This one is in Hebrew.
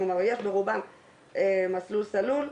כלומר ברובם מסלול סלול.